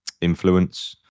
influence